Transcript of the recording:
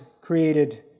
created